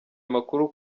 amakuru